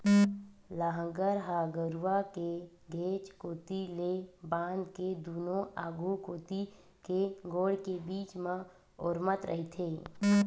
लांहगर ह गरूवा के घेंच कोती ले बांध के दूनों आघू कोती के गोड़ के बीच म ओरमत रहिथे